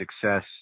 success